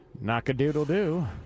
Knock-a-doodle-doo